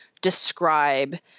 describe